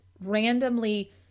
randomly